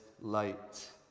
light